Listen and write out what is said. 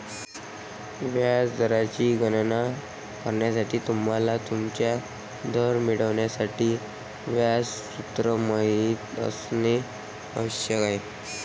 व्याज दराची गणना करण्यासाठी, तुम्हाला तुमचा दर मिळवण्यासाठी व्याज सूत्र माहित असणे आवश्यक आहे